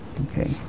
Okay